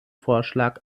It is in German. vorschlag